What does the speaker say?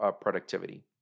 productivity